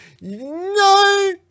No